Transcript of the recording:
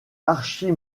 archie